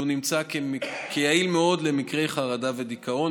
שנמצא יעיל מאוד במקרי חרדה ודיכאון,